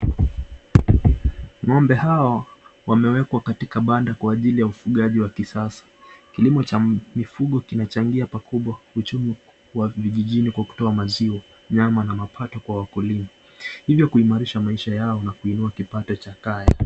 Ngombe hao wamewekwa katika banda kwa ajili ya ufugaji wa kisasa. Kilimo cha mifugo kinachangia pakubwa kiuchumi kwa vijijini kwa kutoa maziwa ,nyama na mapato kwa wakulima . Hivyo kuimarisha maisha yao na kuinua kipato cha kae.